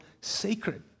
sacred